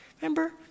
remember